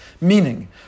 Meaning